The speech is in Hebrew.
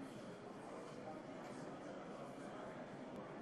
שהוקמה מדינתכם.